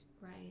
Right